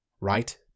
right